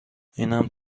اینم